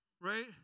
right